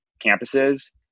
campuses